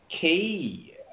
key